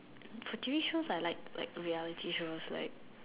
for T_V shows I like like reality show like